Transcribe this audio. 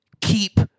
keep